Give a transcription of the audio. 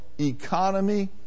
economy